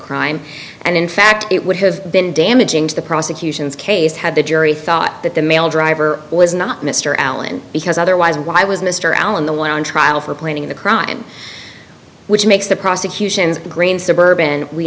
crime and in fact it would have been damaging to the prosecution's case had the jury thought that the male driver was not mr allen because otherwise why was mr allen the one on trial for planning the crime which makes the prosecution's green suburban we